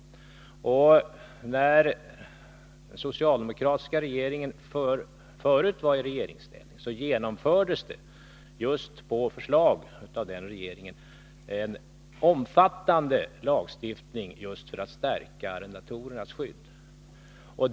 När socialdemokraterna tidigare var i regeringsställning genomfördes det, på förslag av regeringen, en omfattande lagstiftning just för at: stärka arrendatorernas skydd.